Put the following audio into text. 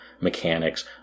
mechanics